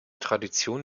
tradition